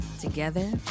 Together